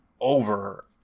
over